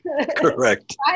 Correct